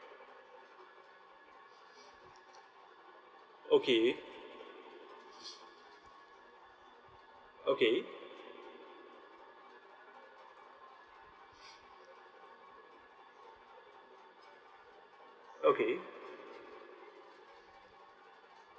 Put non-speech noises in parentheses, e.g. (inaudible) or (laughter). okay (noise) okay (noise) okay